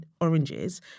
Oranges